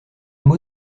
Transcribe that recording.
mot